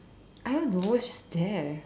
I don't know it's just there